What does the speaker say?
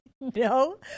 No